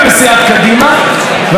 אני מודה, לא יודע.